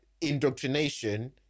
indoctrination